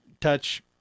touch